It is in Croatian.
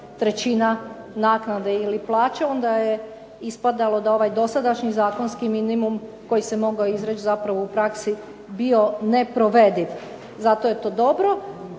trećina naknade ili plaće onda je ispadalo da ovaj dosadašnji zakonski minimum koji se mogao izreći zapravo u praksi bio neprovediv. Zato je to dobro.